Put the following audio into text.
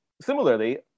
similarly